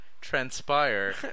transpire